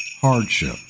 hardship